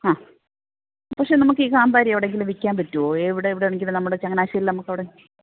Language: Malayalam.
ആ പക്ഷേ നമുക്ക് ഈ കാന്താരി എവിടെയെങ്കിലും വിൽക്കാൻ പറ്റുമോ ഇവിടെ എവിടെയെങ്കിലും നമ്മുടെ ചങ്ങനാശേരിയിൽ നമുക്ക് അവിടെ